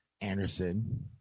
Anderson